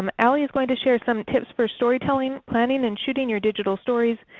um ale is going to share some tips for storytelling, planning, and shooting your digital stories,